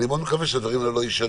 ואני מאוד מקווה שהדברים האלה לא ישנו.